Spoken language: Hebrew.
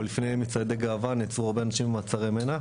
או לפני מצעדי גאווה נעצרו הרבה אנשים במעצרי מנע,